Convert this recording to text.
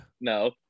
no